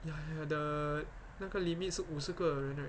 ya ya the 那个 limit 是五十个人 right